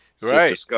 Right